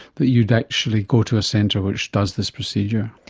that you'd actually go to a centre which does this procedure?